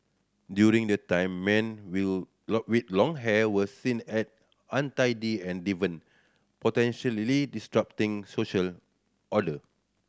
during that time men will with long hair were seen as untidy and deviant potentially disrupting social order